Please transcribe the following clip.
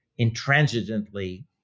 intransigently